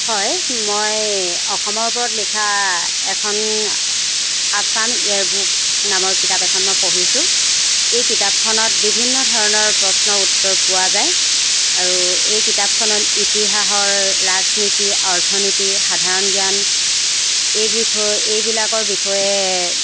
হয় মই অসমৰ ওপৰত লিখা এখন আসাম ইয়ৰ বুক নামৰ কিতাপ এখন মই পঢ়িছোঁ এই কিতাপখনত বিভিন্ন ধৰণৰ প্ৰশ্ন উত্তৰ পোৱা যায় আৰু এই কিতাপখনত ইতিহাসৰ ৰাজনীতি অৰ্থনীতি সাধাৰণজ্ঞান এই বিষয়ে এইবিলাকৰ বিষয়ে